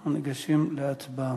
אנחנו ניגשים להצבעה.